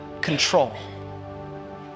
control